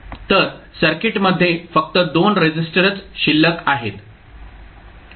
तर सर्किटमध्ये फक्त 2 रेसिस्टरच शिल्लक आहेत